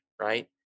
right